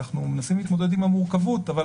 אנחנו מנסים להתמודד עם המורכבות אבל